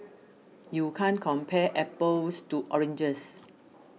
you can't compare apples to oranges